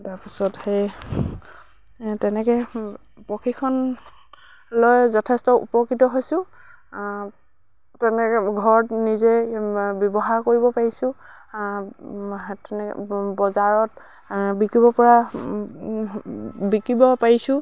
তাৰপিছত সেই তেনেকে প্ৰশিক্ষণ লৈ যথেষ্ট উপকৃত হৈছোঁ তেনেকে ঘৰত নিজে ব্যৱহাৰ কৰিব পাৰিছোঁ তেনে বজাৰত বিকিব পৰা বিকিব পাৰিছোঁ